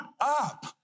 up